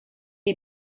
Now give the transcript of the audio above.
est